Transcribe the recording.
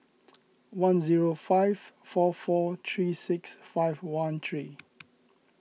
one zero five four four three six five one three